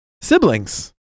siblings